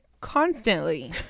constantly